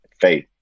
faith